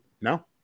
no